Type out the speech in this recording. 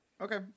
Okay